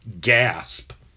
gasp